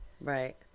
Right